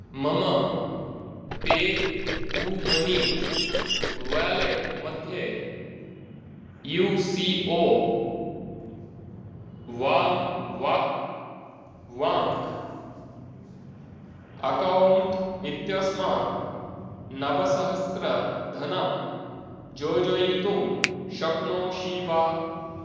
मम pay money wallet मध्ये U C O वां वाक् बैङ्क् अकौण्ट् इत्यस्मात् नवसहस्रधनं योजयितुं शक्नोषि वा